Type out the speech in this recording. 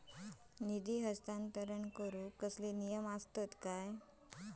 निधी हस्तांतरण करूक काय नियम असतत काय?